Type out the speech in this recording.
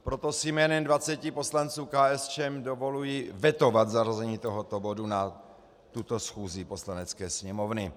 Proto si jménem dvaceti poslanců KSČM dovoluji vetovat zařazení tohoto bodu na tuto schůzi Poslanecké sněmovny.